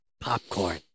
popcorn